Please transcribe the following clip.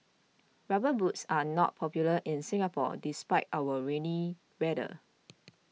rubber boots are not popular in Singapore despite our rainy weather